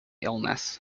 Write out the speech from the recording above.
illness